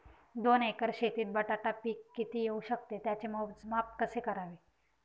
दोन एकर शेतीत बटाटा पीक किती येवू शकते? त्याचे मोजमाप कसे करावे?